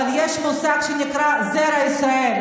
אבל יש מושג שנקרא: זרע ישראל,